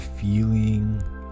feeling